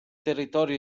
territorio